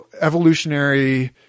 evolutionary